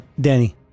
Danny